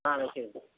ஆ வைக்கிறேங்க